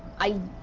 i.